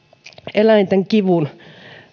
eläinten kivun